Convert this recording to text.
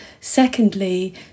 secondly